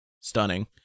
stunning